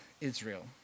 Israel